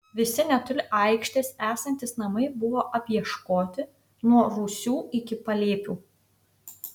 visi netoli aikštės esantys namai buvo apieškoti nuo rūsių iki palėpių